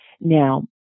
Now